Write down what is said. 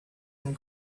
and